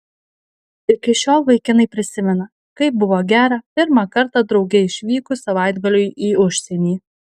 iki šiol vaikinai prisimena kaip buvo gera pirmą kartą drauge išvykus savaitgaliui į užsienį